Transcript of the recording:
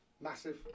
massive